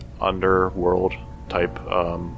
underworld-type